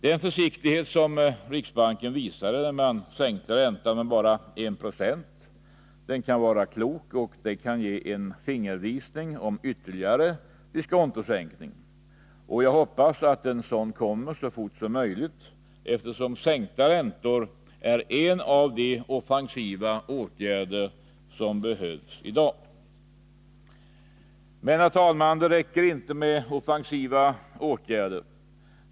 Den försiktighet som riksbanken visade när man sänkte räntan med bara 1 20 kan vara klok och ge en fingervisning om ytterligare diskontosänkning. Jag hoppas att en sådan kommer så fort som möjligt, eftersom sänkta räntor är en av de offensiva åtgärder som behövs i dag. Men, herr talman, det räcker inte med offensiva åtgärder.